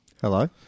Hello